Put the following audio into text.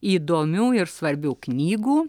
įdomių ir svarbių knygų